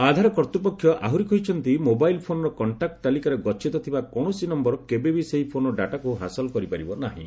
ଆଧାର କର୍ତ୍ତୃପକ୍ଷ ଆହୁରି କହିଛନ୍ତି ମୋବାଇଲ୍ ଫୋନ୍ର କଷ୍କାକୁ ତାଲିକାରେ ଗଚ୍ଛିତ ଥିବା କୌଣସି ନୟର କେବେ ବି ସେହି ଫୋନ୍ର ଡାଟାକୁ ହାସଲ କରିପାରିବ ନାହିଁ